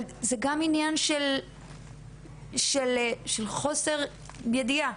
אבל זה גם עניין של חוסר ידיעה,